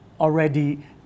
already